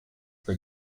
for